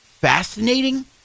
fascinating